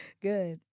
Good